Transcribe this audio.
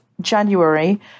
January